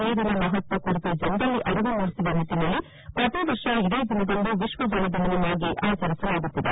ನೀರಿನ ಮಹತ್ವ ಕುರಿತು ಜನರಲ್ಲಿ ಅರಿವು ಮೂಡಿಸುವ ನಿಟ್ಟಿನಲ್ಲಿ ಪ್ರತಿವರ್ಷ ಇದೇ ದಿನದಂದು ವಿಶ್ವ ಜಲ ದಿನವನ್ನಾಗಿ ಆಚರಿಸಲಾಗುತ್ತಿದೆ